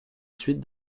suite